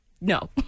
No